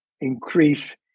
increase